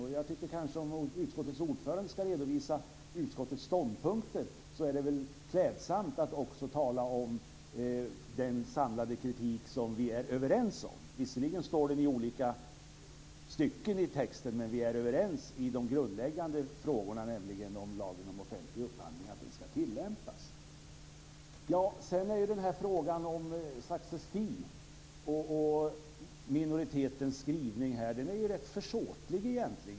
Jag tycker kanske att om utskottets ordförande ska redovisa utskottets ståndpunkter är det väl klädsamt att också tala om den samlade kritik som vi är överens om. Visserligen står den i olika stycken i texten, men vi är överens i de grundläggande frågorna, nämligen frågorna om lagen om offentlig upphandling och att den ska tillämpas. Sedan har vi frågan om success fee. Minoritetens skrivning här är egentligen rätt försåtlig.